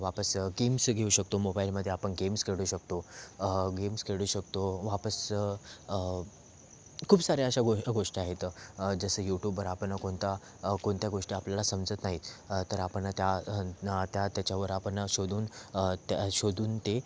वापस गेम्स घेऊ शकतो मोबाइलमध्ये आपण गेम्स खेळू शकतो गेम्स खेळू शकतो वापस खूप साऱ्या अशा गो गोष्टी आहेत जसं युटूबवर आपण कोणता कोणत्या गोष्टी आपल्याला समजत नाहीत तर आपण त्या त्या त्याच्यावर आपण शोधून त्या शोधून ते